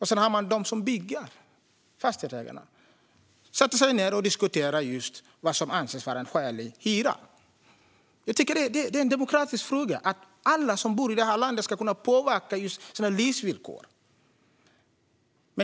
Sedan har man dem som bygger, Fastighetsägarna. De sätter sig ned och diskuterar just vad som kan anses vara en skälig hyra. Det är en demokratisk fråga att alla som bor i landet ska kunna påverka sina livsvillkor.